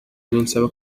binsaba